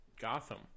gotham